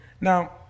Now